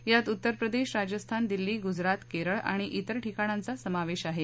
यात उत्तरप्रदेश राजस्थान दिल्ली गुजरात केरळ आणि जिर ठिकाणांचा समावेश आहे